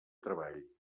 treball